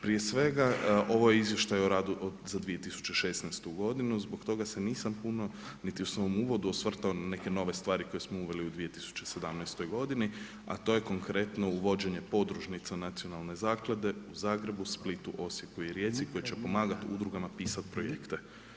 Prije svega ovo je Izvještaj o radu za 2016. godinu, zbog toga se nisam puno niti u svom uvodu osvrtao na neke nove stvari koje smo uveli u 2017. godini a to je konkretno uvođenje podružnica Nacionalne zaklade u Zagrebu, Splitu, Osijeku i Rijeci koje će pomagati udrugama, pisati projekte.